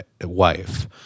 wife